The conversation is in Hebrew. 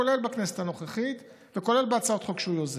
כולל בכנסת הנוכחית וכולל בהצעות חוק שהוא יוזם.